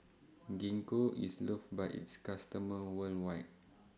Gingko IS loved By its customers worldwide